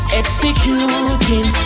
executing